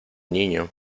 niño